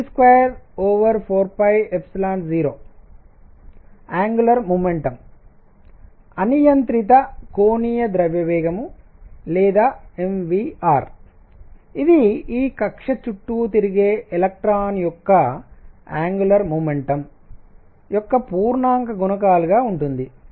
angular momentum అనియంత్రిత కోణీయ ద్రవ్యవేగం లేదా mvr ఇది ఈ కక్ష్య చుట్టూ తిరిగే ఎలక్ట్రాన్ యొక్క యాంగులార్ మొమెంటం యొక్క పూర్ణాంక గుణకాలుగా ఉంటుంది